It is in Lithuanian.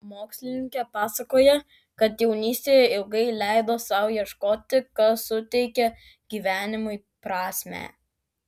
mokslininkė pasakoja kad jaunystėje ilgai leido sau ieškoti kas suteikia gyvenimui prasmę